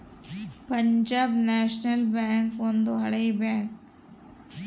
Punjab national bank ಒಂದು ಹಳೆ bank